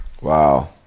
wow